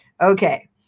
Okay